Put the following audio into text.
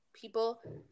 people